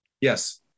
Yes